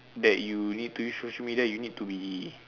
that you need to use social media you need to be